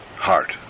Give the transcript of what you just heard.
heart